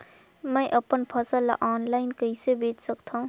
मैं अपन फसल ल ऑनलाइन कइसे बेच सकथव?